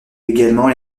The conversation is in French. également